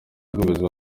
rw’umuyobozi